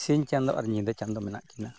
ᱥᱤᱧ ᱪᱟᱸᱫᱳ ᱟᱨ ᱧᱤᱫᱟᱹ ᱪᱟᱸᱫᱳ ᱢᱮᱱᱟᱜ ᱠᱤᱱᱟ